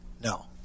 No